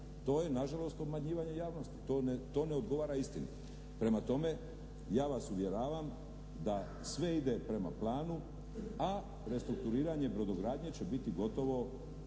To je nažalost obmanjivanje javnosti. To je odgovara istini. Prema tome, ja vas uvjeravam da sve ide prema planu a restrukturiranje brodogradnje će biti gotovo